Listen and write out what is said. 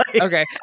okay